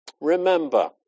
Remember